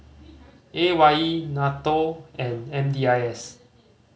A Y E NATO and M D I S